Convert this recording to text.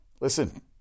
Listen